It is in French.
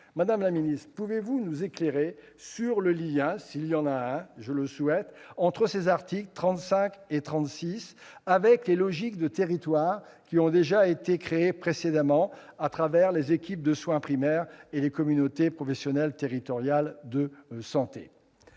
Madame la ministre, pouvez-vous nous éclairer sur le lien- s'il y en a un, ce que je souhaite -des articles 35 et 36 avec les logiques de territoires déjà créées grâce aux équipes de soins primaires et aux communautés professionnelles territoriales de santé ?